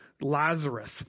Lazarus